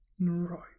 right